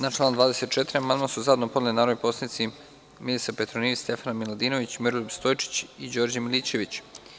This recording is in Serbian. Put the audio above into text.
Na član 24. amandman su zajedno podneli narodni poslanici Milisav Petronijević, Stefana Miladinović, Miroljub Stojčić i Đorđe Milićević.